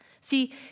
See